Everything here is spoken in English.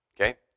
Okay